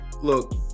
Look